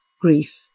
grief